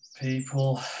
people